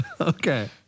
Okay